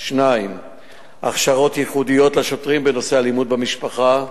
2. ניתנו הכשרות ייחודיות לשוטרים בנושא אלימות במשפחה,